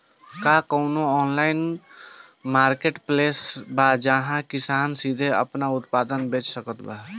का कउनों online marketplace बा जहां किसान सीधे आपन उत्पाद बेच सकत बा?